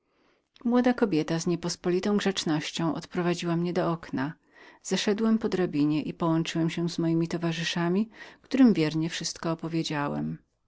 młoda kobieta z niepospolitą grzecznością odprowadziła mnie do okna zlazłem po drabinie i połączyłem się z moimi towarzyszami którym wiernie wszystko opowiedziałem